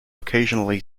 occasionally